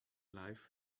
life